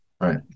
right